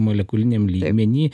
molekuliniam lygmeny